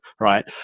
Right